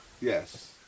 Yes